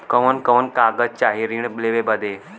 कवन कवन कागज चाही ऋण लेवे बदे?